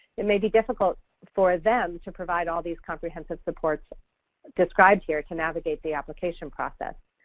it may be difficult for them to provide all these comprehensive supports described here to navigate the application process,